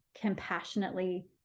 compassionately